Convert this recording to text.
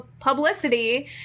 publicity